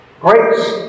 grace